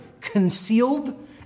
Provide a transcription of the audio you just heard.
concealed